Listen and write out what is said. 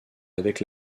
avec